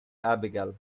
abigail